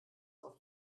auf